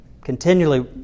continually